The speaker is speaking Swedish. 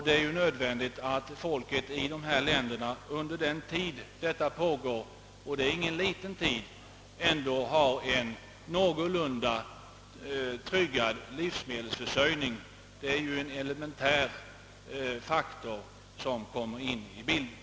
Det är nödvändigt att folket i dessa länder under den tid detta pågår — och det är ingen liten tid — har en någorlunda tryggad livsmedelsförsörjning. Det är en elementär faktor som kommer in i bilden.